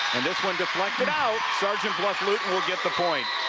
this one deflected out. sergeant bluff-luton will get the point.